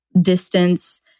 distance